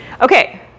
Okay